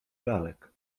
lalek